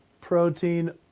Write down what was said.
protein